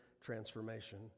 transformation